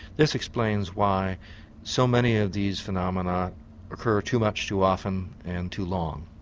this explains why so many of these phenomena occur too much, too often and too long.